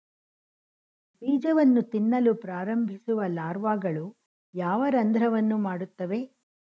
ಬೀಜವನ್ನು ತಿನ್ನಲು ಪ್ರಾರಂಭಿಸುವ ಲಾರ್ವಾಗಳು ಯಾವ ರಂಧ್ರವನ್ನು ಮಾಡುತ್ತವೆ?